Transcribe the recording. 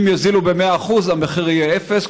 אם יוזילו ב-100%, המחיר יהיה אפס.